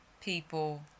people